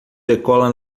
decola